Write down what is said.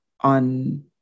on